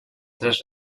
tres